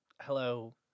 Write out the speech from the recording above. hello